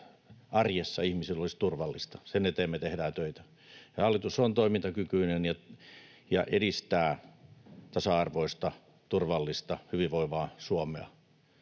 arjessa ihmisillä, olisi turvallista. Sen eteen me tehdään töitä. Hallitus on toimintakykyinen ja edistää tasa-arvoista, turvallista, hyvinvoivaa Suomea